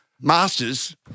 master's